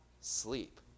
sleep